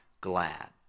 glad